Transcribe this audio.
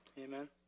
Amen